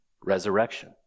resurrection